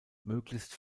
möglichst